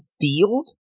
field